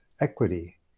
equity